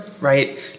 right